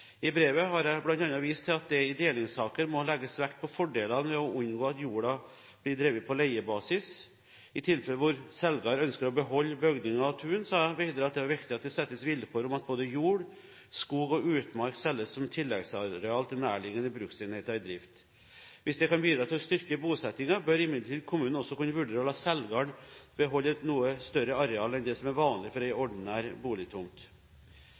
I brevet har jeg bl.a. vist til at det i delingssaker må legges vekt på fordelene ved å unngå at jorda blir drevet på leiebasis. I tilfeller hvor selgeren ønsker å beholde bygninger og tun, sa jeg videre at det er viktig at det settes vilkår om at både jord, skog og utmark selges som tilleggsareal til nærliggende bruksenheter i drift. Hvis det kan bidra til å styrke bosettingen, bør imidlertid kommunen også kunne vurdere å la selgeren beholde et noe større areal enn det som er vanlig for en ordinær boligtomt.